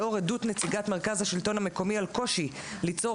לאור עדות נציגת מרכז השלטון המקומי על קושי ליצור